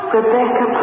Rebecca